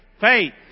Faith